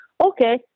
okay